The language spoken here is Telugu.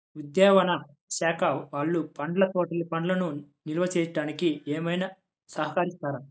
ఉద్యానవన శాఖ వాళ్ళు పండ్ల తోటలు పండ్లను నిల్వ చేసుకోవడానికి ఏమైనా సహకరిస్తారా?